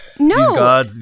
No